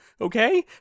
okay